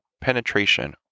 penetration